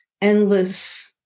endless